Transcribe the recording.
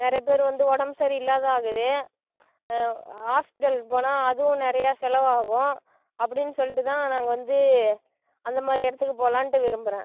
நிறைய பேர் வந்து உடம்பு சரியில்லாது ஆகுது ஹாஸ்பிட்டலுக்கு போனால் அதுவும் நிறைய செலவாகும் அப்படின்னு சொல்லிட்டுதான் நாங்கள் வந்து அந்த மாதிரி இடத்துக்கு போகலான்ட்டு விரும்புறேன்